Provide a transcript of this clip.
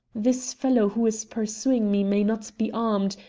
this fellow who is pursuing me may not be armed,